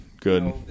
good